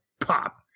pop